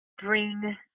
bring